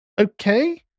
okay